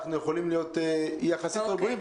אנחנו יכולים להיות יחסית רגועים.